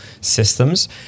systems